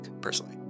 personally